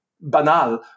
banal